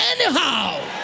anyhow